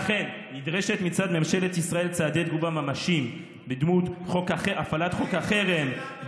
לכן נדרשים מצד ממשלת ישראל צעדי תגובה ממשיים בדמות הפעלת חוק החרם,